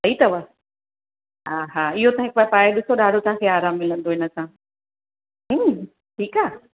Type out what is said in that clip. सही अथव हा हा इहो था हिकु बार पाए ॾिसो ॾाढो तव्हांखे आराम मिलंदो हिन सां हा ठीकु आहे